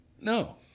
no